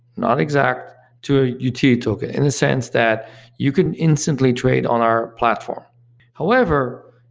not exact to a utility token, in the sense that you can instantly trade on our platform however,